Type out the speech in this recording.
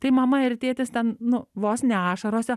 tai mama ir tėtis ten nu vos ne ašarose